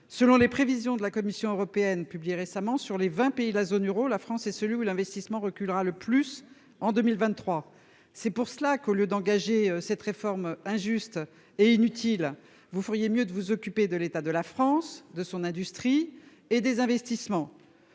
Selon les prévisions de la Commission européenne publiées récemment sur les 20 pays de la zone euro, la France est celui où l'investissement reculera le plus en 2023. C'est pour cela qu'au lieu d'engager cette réforme injuste et inutile. Vous feriez mieux de vous occuper de l'état de la France de son industrie et des investissements.